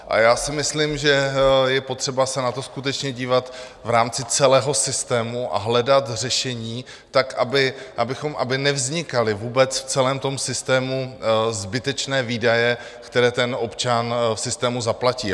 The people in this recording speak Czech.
A já si myslím, že je potřeba se na to skutečně dívat v rámci celého systému a hledat řešení tak, aby nevznikaly vůbec v celém tom systému zbytečné výdaje, které občan systému zaplatí.